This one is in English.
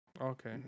Okay